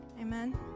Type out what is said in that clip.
amen